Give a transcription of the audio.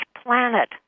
planet